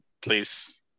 please